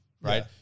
Right